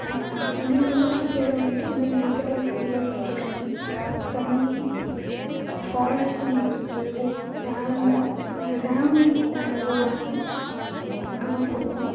என்ன எங்களுக்கு ரொம்ப பிடிச்ச இடம் வந்து ரொம்ப நேச்சராக இருக்கிறதெல்லாம் ரொம்ப பிடிக்கும் தண்ணி ஃபால்ஸ் இந்தமாதிரி இருக்கிறது டேமு அங்கே டேமு இருக்கும் கடவூர் டேமு அங்கேலாம் போவோம்